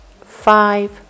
five